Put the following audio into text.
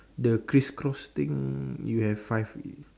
the criss cross thing you have five